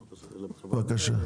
בבקשה.